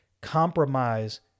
compromise